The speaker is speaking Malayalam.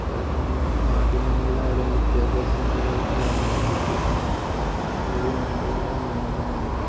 കാരണം മാധ്യമങ്ങളിലായാലും വിദ്യാഭ്യാസ സമ്പ്രദായത്തിലായാലും മലയാളത്തിന് എപ്പോഴും അതിൻ്റേതായ മഹിമ തന്നെയുണ്ട്